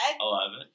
Eleven